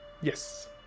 Yes